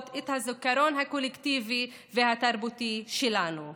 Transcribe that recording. את הזיכרון הקולקטיבי והתרבותי שלנו,